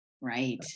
right